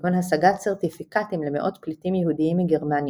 כגון השגת סרטיפיקטים למאות פליטים יהודיים מגרמניה.